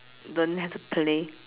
don't have to play